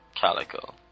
Calico